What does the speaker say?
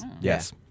Yes